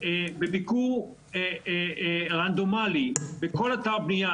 בביקור רנדומאלי בכל אתר בניה,